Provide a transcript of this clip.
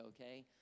okay